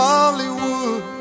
Hollywood